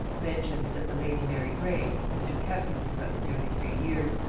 mentions, that the lady mary grey had been kept in his house nearly three years,